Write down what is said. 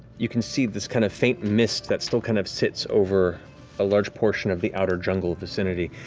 you can see this kind of faint mist that still kind of sits over a large portion of the outer jungle vicinity.